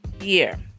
year